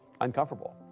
uncomfortable